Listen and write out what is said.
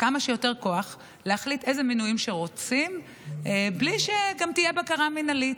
כמה שיותר כוח להחליט איזה מינויים שרוצים בלי שתהיה גם בקרה מינהלית,